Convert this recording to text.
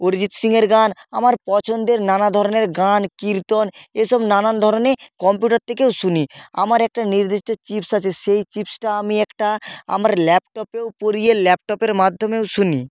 অরিজিত সিংয়ের গান আমার পছন্দের নানা ধরনের গান কীর্তন এসব নানান ধরনের কম্পিউটার থেকেও শুনি আমার একটা নির্দিষ্ট চিপস আছে সেই চিপসটা আমি একটা আমার ল্যাপটপেও পরিয়ে ল্যাপটপের মাধ্যমেও শুনি